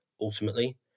ultimately